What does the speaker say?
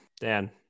Dan